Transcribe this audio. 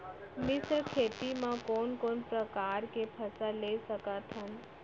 मिश्र खेती मा कोन कोन प्रकार के फसल ले सकत हन?